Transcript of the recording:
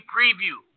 Preview